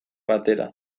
batera